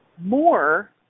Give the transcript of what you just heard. more